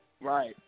right